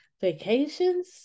vacations